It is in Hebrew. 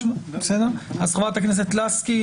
חברת הכנסת לסקי,